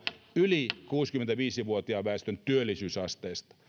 yli kuusikymmentäviisi vuotiaan väestön työllisyysasteesta